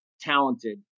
talented